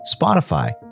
Spotify